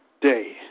day